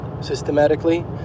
systematically